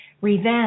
revenge